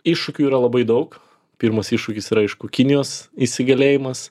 iššūkių yra labai daug pirmas iššūkis yra aišku kinijos įsigalėjimas